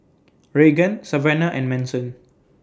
Raegan Savana and Manson